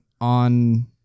on